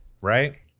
right